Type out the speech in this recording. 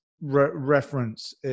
reference